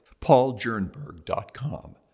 pauljernberg.com